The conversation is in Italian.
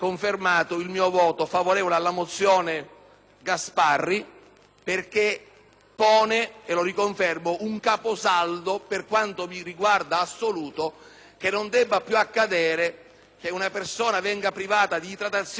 perché pone - e lo riconfermo - un caposaldo per quanto mi riguarda assoluto, e cioè che non debba più accadere che una persona venga privata di idratazione ed alimentazione senza il suo consenso.